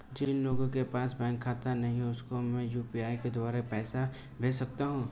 जिन लोगों के पास बैंक खाता नहीं है उसको मैं यू.पी.आई के द्वारा पैसे भेज सकता हूं?